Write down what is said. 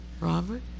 Robert